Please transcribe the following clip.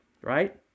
right